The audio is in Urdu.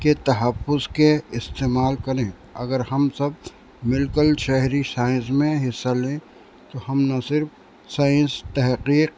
کے تحفظ کے استعمال کریں اگر ہم سب مل کر شہری سائنس میں حصہ لیں تو ہم نہ صرف سائنس تحقیق